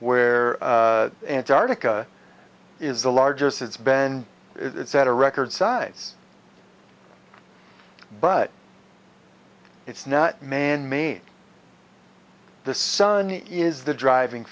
where antarctica is the largest it's been it's at a record size but it's not manmade the sun is the driving